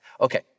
Okay